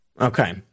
Okay